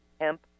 hemp